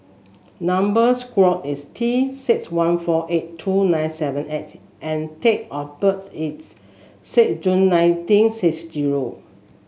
number square is T six one four eight two nine seven S and date of birth is six June nineteen six zero